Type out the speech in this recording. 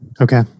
Okay